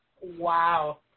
Wow